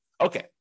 Okay